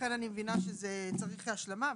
ולכן אני מבינה שזה צריך השלמה,